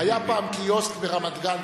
היה פעם קיוסק ברמת-גן,